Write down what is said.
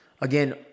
Again